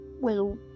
Well